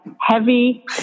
heavy